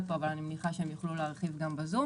פה אבל אני מניחה שיוכלו להרחיב גם בזום